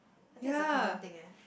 I think is a common thing eh